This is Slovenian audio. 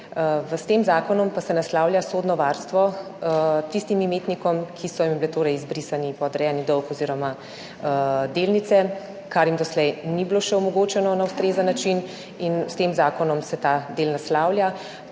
S tem zakonom pa se naslavlja sodno varstvo tistim imetnikom, ki so jim bili torej izbrisani podrejeni dolg oziroma delnice, kar jim doslej še ni bilo omogočeno na ustrezen način, in s tem zakonom se ta del naslavlja.